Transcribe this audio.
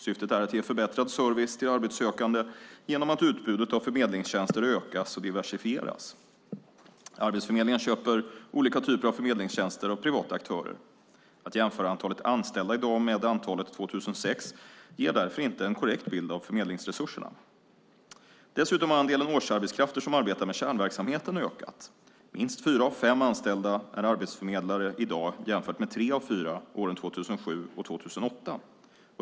Syftet är att ge förbättrad service till arbetssökande genom att utbudet av förmedlingstjänster ökas och diversifieras. Arbetsförmedlingen köper olika typer av förmedlingstjänster av privata aktörer. Att jämföra antalet anställda i dag med antalet år 2006 ger därför inte en korrekt bild av förmedlingsresurserna. Dessutom har andelen årsarbetskrafter som arbetar med kärnverksamheten ökat. Minst fyra av fem anställda är arbetsförmedlare i dag jämfört med tre av fyra under åren 2007 och 2008.